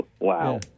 Wow